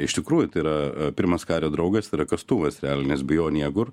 iš tikrųjų tai yra pirmas kario draugas yra kastuvas realiai nes be jo niekur